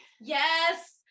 Yes